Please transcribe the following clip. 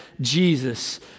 Jesus